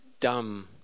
dumb